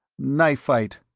knife fight.